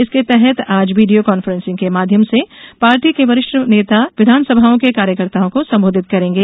इसके तहत आज वीडियों कॉन्फ्रेंसिंग के माध्यम से पार्टी के वरिष्ठ नेता विधानसभाओं को कार्यकर्ताओं को संबोधित करेंगे